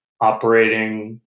operating